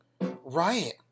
Right